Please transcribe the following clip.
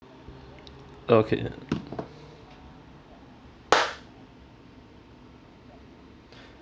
okay